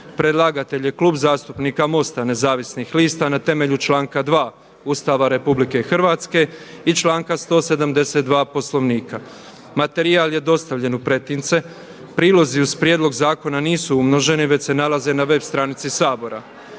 Predlagatelj je Klub zastupnika MOST-a Nezavisnih lista na temelju članka 2. Ustava RH i članka 172. Poslovnika. Materijal je dostavljen u pretince. Prilozi uz prijedlog zakona nisu umnoženi već se nalaze na web stranici Sabora.